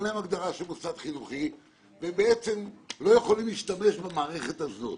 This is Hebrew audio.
אין להם הגדרה של מוסד חינוכי והם לא יכולים להשתמש במערכת הזו.